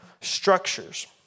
structures